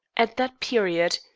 at that period,